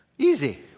Easy